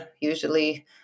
usually